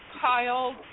Kyle